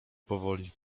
powoli